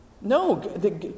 No